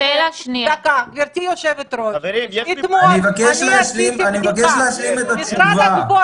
אני מבקש להשלים את התשובה.